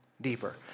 deeper